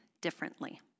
differently